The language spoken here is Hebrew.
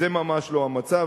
זה ממש לא המצב.